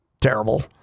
terrible